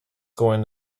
going